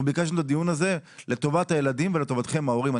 אנחנו ביקשנו את הדיון הזה לטובת הילדים ולטובתכם ההורים.